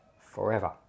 forever